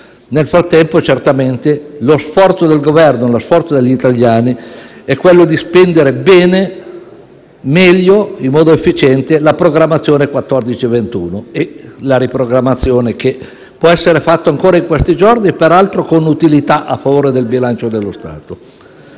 Nel frattempo, certamente, lo sforzo del Governo e lo sforzo degli italiani è quello di spendere bene, meglio e in modo efficiente i fondi relativi alla programmazione 2014-2021 e alla riprogrammazione che può essere fatta ancora in questi giorni, peraltro con utilità a favore del bilancio dello Stato.